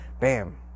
bam